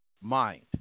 mind